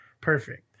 perfect